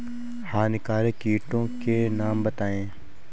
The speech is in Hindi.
हानिकारक कीटों के नाम बताएँ?